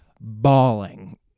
bawling